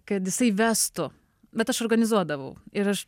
kad jisai vestų bet aš organizuodavau ir aš